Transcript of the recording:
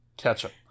Ketchup